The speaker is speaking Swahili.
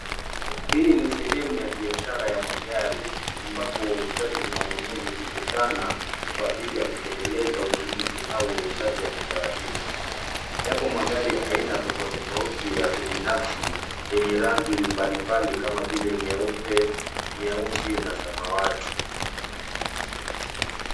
Hii ni sehemu ya biashara ya magari ambapo wauzaji na wanunuzi hukutana kwa ajili ya kutekeleza ununuzi au uuzaji wa bidhaa hizo. Yapo magari aina tofauti tofauti ya kibinafsi yenye rangi mbalimbali kama vile nyeupe, nyeusi na samawati.